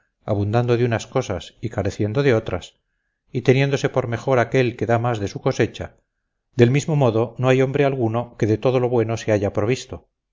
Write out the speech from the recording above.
abundando de unas cosas y careciendo de otras y teniéndose por mejor aquel que da más de su cosecha del mismo modo no hay hombre alguno que de todo lo bueno se halla provisto